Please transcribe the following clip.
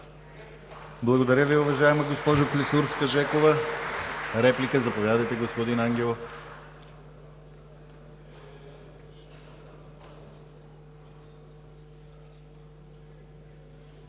Благодаря Ви, уважаема госпожо Клисурска-Жекова. Реплика? Заповядайте, господин Ангелов.